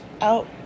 out